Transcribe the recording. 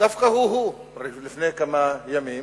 דווקא הוא, לפני כמה ימים,